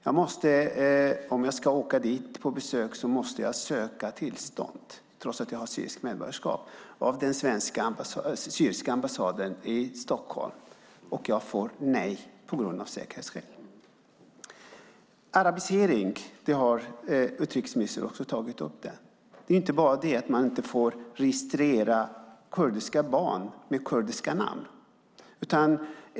Om jag ska åka dit på besök måste jag söka tillstånd på den syriska ambassaden i Stockholm trots att jag har syriskt medborgarskap, och jag får av säkerhetsskäl nej. Utrikesministern har också tagit upp frågan om arabisering. Det handlar inte bara om att man inte får registrera kurdiska barn med kurdiska namn.